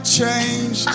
change